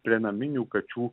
prie naminių kačių